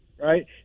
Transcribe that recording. right